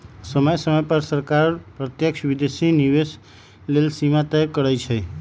समय समय पर सरकार प्रत्यक्ष विदेशी निवेश लेल सीमा तय करइ छै